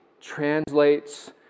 Translates